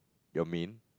your main